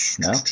No